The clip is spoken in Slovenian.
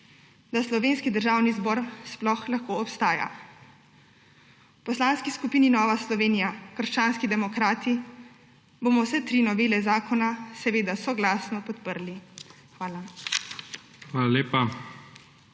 da slovenski državni zbor sploh lahko obstaja. V Poslanski skupini NSi – krščanski demokrati bomo vse tri novele zakona seveda soglasno podprli. Hvala.